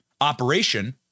operation